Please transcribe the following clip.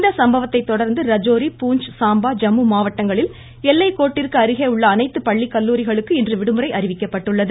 இந்த சம்பவத்தை தொடா்ந்து ரஜோரி பூஞ்ச் சாம்பா ஜம்மு மாவட்டங்களில் எல்லைக் கோட்டிற்கு அருகே உள்ள அனைத்து பள்ளி கல்லூரிகளுக்கு இன்று விடுமுறை அறிவிக்கப்பட்டுள்ளது